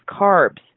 carbs